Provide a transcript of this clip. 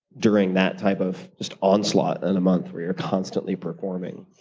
during that type of just onslaught in a month where you're constantly performing?